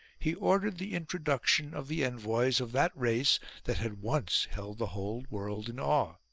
he ordered the introduction of the envoys of that race that had once held the whole world in awe.